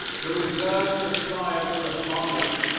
the reserve supply of the republic.